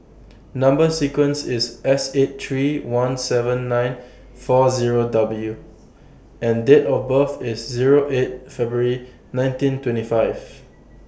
Number sequence IS S eight three one seven nine four Zero W and Date of birth IS Zero eight February nineteen twenty five